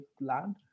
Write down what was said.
land